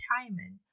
retirement